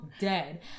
dead